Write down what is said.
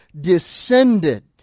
descended